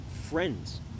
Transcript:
friends